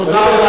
תודה רבה.